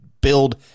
build